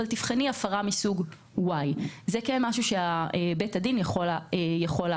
אבל תבחני הפרה מסוג Y. זה משהו שבית הדין יכול להחזיר.